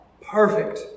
Perfect